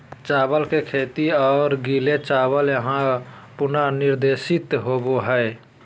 चावल के खेत और गीले चावल यहां पुनर्निर्देशित होबैय हइ